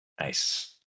Nice